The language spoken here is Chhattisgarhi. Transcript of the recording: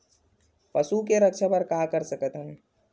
पशु के रक्षा बर का कर सकत हन?